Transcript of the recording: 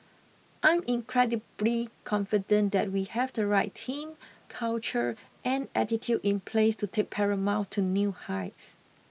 I'm incredibly confident that we have the right team culture and attitude in place to take Paramount to new heights